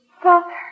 Father